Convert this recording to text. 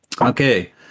Okay